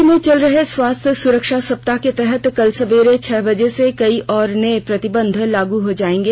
राज्य में चल रहे स्वास्थ्य सुरक्षा सप्ताह के तहत कल सबेरे छह बजे से कई और नए प्रतिबंध लागू हो जाएंगे